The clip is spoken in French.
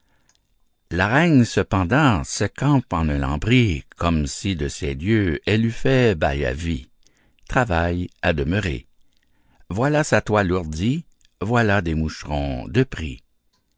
l'aragne cependant se campe en un lambris comme si de ces lieux elle eût fait bail à vie travaille à demeurer voilà sa toile ourdie voilà des moucherons de pris